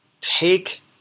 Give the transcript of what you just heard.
take